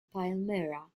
palmyra